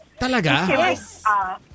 Talaga